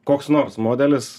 koks nors modelis